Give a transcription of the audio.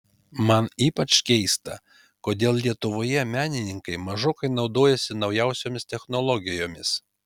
man ypač keista kodėl lietuvoje menininkai mažokai naudojasi naujausiomis technologijomis